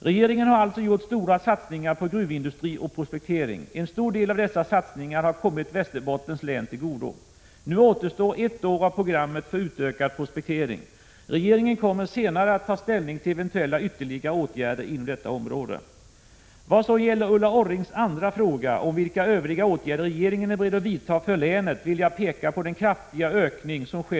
Regeringen har alltså gjort stora satsningar på gruvindustri och prospektering. En stor del av dessa satsningar har kommit Västerbottens län till godo. Nu återstår ett år av programmet för utökad prospektering. Regeringen kommer senare att ta ställning till eventuella ytterligare åtgärder inom detta område. Vad så gäller Ulla Orrings andra fråga om vilka övriga åtgärder regeringen är beredd att vidta för länet vill jag peka på den kraftiga ökning som skett av Prot.